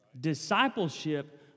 Discipleship